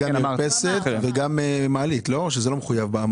גם מרפסת וגם מעלית, האם המעלית היא מחויבת?